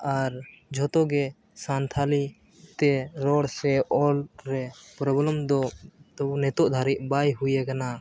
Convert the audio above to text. ᱟᱨ ᱡᱷᱚᱛᱚ ᱜᱮ ᱥᱟᱱᱛᱟᱲ ᱛᱮ ᱨᱚᱲ ᱥᱮ ᱚᱞ ᱨᱮ ᱯᱨᱚᱵᱞᱮᱢ ᱫᱚ ᱱᱤᱛᱳᱜ ᱫᱷᱟᱹᱵᱤᱡ ᱵᱟᱭ ᱦᱩᱭ ᱠᱟᱱᱟ